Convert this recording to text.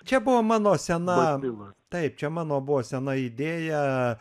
čia buvo mano sena taip čia mano buvo sena idėja